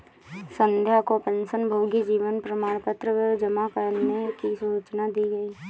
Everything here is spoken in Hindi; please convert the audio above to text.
संध्या को पेंशनभोगी जीवन प्रमाण पत्र जमा करने की सूचना दी गई